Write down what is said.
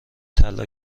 طلا